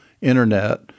internet